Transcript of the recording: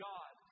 God